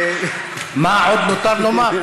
מה עוד נותר לומר?